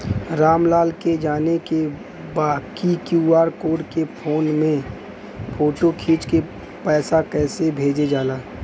राम लाल के जाने के बा की क्यू.आर कोड के फोन में फोटो खींच के पैसा कैसे भेजे जाला?